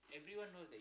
everyone knows